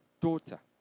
daughter